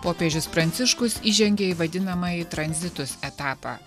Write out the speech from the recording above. popiežius pranciškus įžengė į vadinamąjį tranzitus etapą